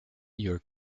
your